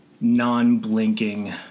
non-blinking